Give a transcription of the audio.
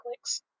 clicks